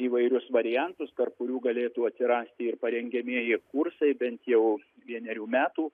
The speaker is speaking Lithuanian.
įvairius variantus tarp kurių galėtų atsirasti ir parengiamieji kursai bent jau vienerių metų